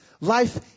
Life